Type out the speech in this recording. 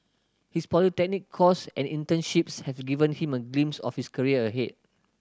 his polytechnic course and internships have given him a glimpse of his career ahead